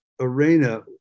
arena